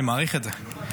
אני מעריך את זה.